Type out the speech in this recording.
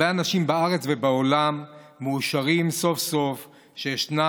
הרבה אנשים בארץ ובעולם מאושרים סוף-סוף שישנה,